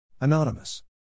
Anonymous